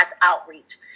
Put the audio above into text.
outreach